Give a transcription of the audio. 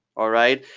all right?